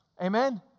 Amen